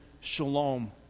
shalom